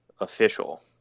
official